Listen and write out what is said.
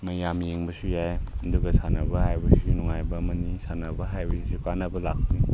ꯃꯌꯥꯝ ꯌꯦꯡꯕꯁꯨ ꯌꯥꯏ ꯑꯗꯨꯒ ꯁꯥꯟꯅꯕ ꯍꯥꯏꯕꯁꯤꯁꯨ ꯅꯨꯡꯉꯥꯏꯕ ꯑꯃꯅꯤ ꯁꯥꯟꯅꯕ ꯍꯥꯏꯕꯁꯤꯁꯨ ꯀꯥꯟꯅꯕ ꯂꯥꯛꯄꯅꯤ